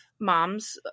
mom's